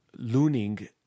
Looning